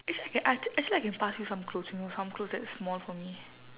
eh actually I can I actually I can pass you some clothes you know some clothes that's small for me